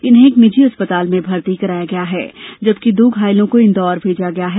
इन्हें एक निजी अस्पताल में भर्ती कराया गया है जबकि दो घायलों को इंदौर भेजा गया है